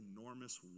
enormous